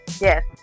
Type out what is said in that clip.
Yes